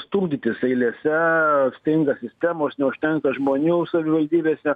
stumdytis eilėse stinga sistemos neužtenka žmonių savivaldybėse